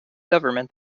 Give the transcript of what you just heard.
government